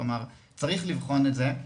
כלומר צריך לבחון את זה,